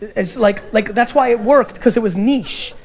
it's like, like that's why it worked, cause it was niche,